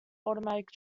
automatic